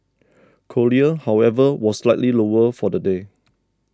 cochlear however was slightly lower for the day